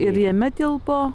ir jame tilpo